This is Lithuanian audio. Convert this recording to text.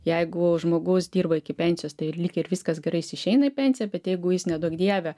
jeigu žmogus dirba iki pensijos tai lyg ir viskas gerai jis išeina į pensiją bet jeigu jis neduok dieve